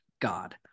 God